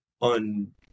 on